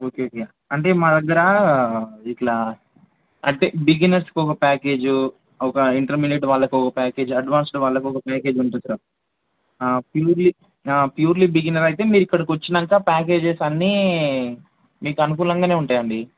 okay అంటే మా దగ్గర ఇట్లా అంటే బిగనర్స్కి ఒక ప్యాకేజ్ ఒక ఇంటర్మీడియట్ వాళ్ళకి ఒక ప్యాకేజ్ అడ్వాన్స్డ్ వాళ్ళకి ఒక ప్యాకేజ్ ఉంటుందిగా ప్యూర్లీ ప్యూర్లీ బిగినర్ అయితే మీరు ఇక్కడికి వచ్చినంక ప్యాకేజెస్ అన్నీ మీకు అనుకూలంగానే ఉంటాయండి